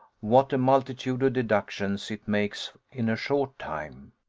what a multitude of deductions it makes in a short time!